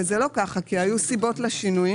וזה לא כך כי היו סיבות לשינויים.